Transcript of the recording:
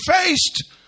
faced